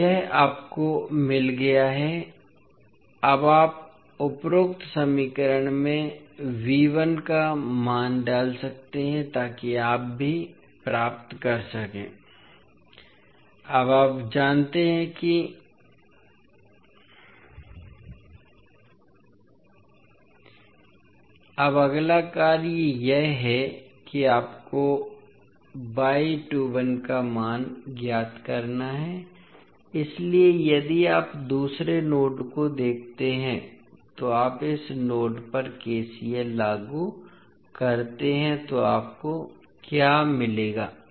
तो यह आपको मिल गया है अब आप उपरोक्त समीकरण में का मान डाल सकते हैं ताकि आप भी प्राप्त कर सकें अब आप जानते हैं कि अब अगला कार्य यह है कि आपको का मान ज्ञात करना है इसलिए यदि आप दूसरे नोड को देखते हैं जो आप इस नोड पर केसीएल लागू करते हैं तो आपको क्या मिलेगा